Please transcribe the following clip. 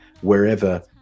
wherever